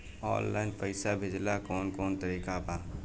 Online पइसा भेजेला कवन कवन तरीका बा?